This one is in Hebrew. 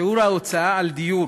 שיעור ההוצאה על דיור